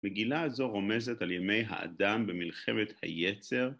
מגילה הזו רומזת על ימי האדם במלחמת היצר.